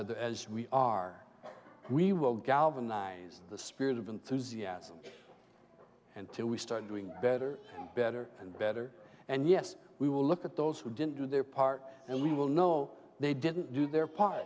other as we are we will galvanize the spirit of enthusiasm and two we start doing better and better and better and yes we will look at those who didn't do their part and we will know they didn't do their part